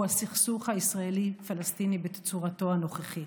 הסכסוך הישראלי פלסטיני בצורתו הנוכחית.